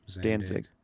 Danzig